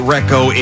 Reco